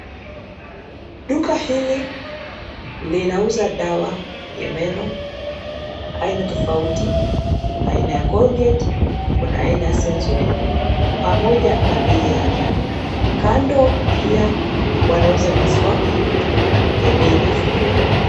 Duka hili linauza dawa ya meno aina tofauti, aina ya Colgate, Kuna aina ya Sensodyne pamoja na bei yake. Kando pia wanauza miswaki ya bei nafuu.